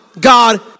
God